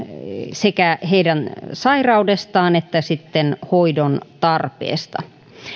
sekä heidän sairaudestaan että sitten hoidon tarpeesta